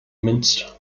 mnist